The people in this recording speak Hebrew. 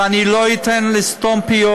ואני לא אתן לסתום פיות.